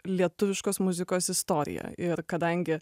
lietuviškos muzikos istorija ir kadangi